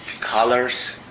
colors